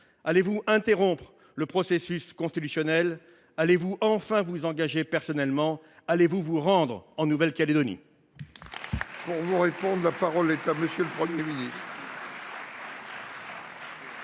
allez vous interrompre le processus constitutionnel ? Allez vous enfin vous engager personnellement ? Allez vous vous rendre en Nouvelle Calédonie ?